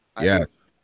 Yes